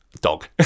dog